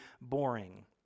boring